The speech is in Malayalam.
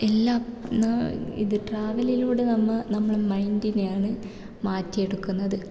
എല്ലാം എന്നാൽ ഇത് ട്രാവലിലൂടെ നമ്മൾ നമ്മളെ മൈൻഡിനെയാണ് മാറ്റിയെടുക്കുന്നത്